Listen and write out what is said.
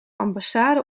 ambassade